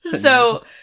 So-